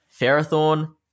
Ferrothorn